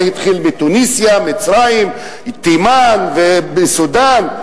זה התחיל בתוניסיה, מצרים, תימן, ובסודן.